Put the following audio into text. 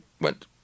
went